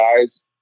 guys